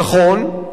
נכון,